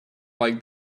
like